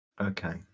Okay